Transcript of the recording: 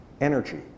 energy